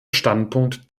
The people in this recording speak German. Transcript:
standpunkt